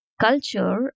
culture